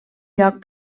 lloc